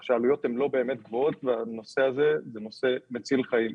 כך שהעלויות לא באמת גבוהות והנושא הזה מציל חיים.